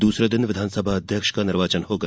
दूसरे दिन विधानसभा अध्यक्ष का निर्वाचन होगा